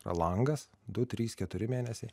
langas du trys keturi mėnesiai